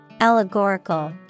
Allegorical